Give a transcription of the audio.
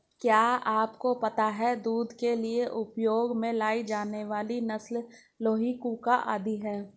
क्या आपको पता है दूध के लिए उपयोग में लाई जाने वाली नस्ल लोही, कूका आदि है?